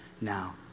now